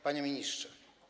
Panie Ministrze!